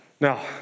Now